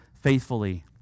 faithfully